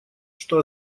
что